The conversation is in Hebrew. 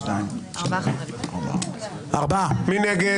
מי נגד?